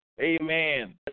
Amen